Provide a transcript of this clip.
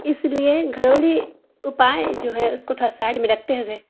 اس لیے گھریلو اپائے جو ہے اس کو تھوڑا سائڈ میں رکھتے ہوئے